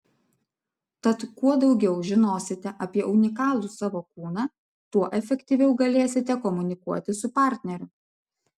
tad kuo daugiau žinosite apie unikalų savo kūną tuo efektyviau galėsite komunikuoti su partneriu